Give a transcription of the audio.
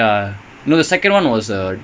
கடைசில:kadaisila ya it was